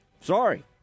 Sorry